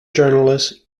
journalist